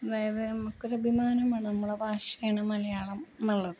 അതായത് നമുക്കൊരഭിമാനമാണ് നമ്മളെ ഭാഷയാണ് മലയാളമെന്നുള്ളത്